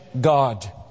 God